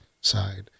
side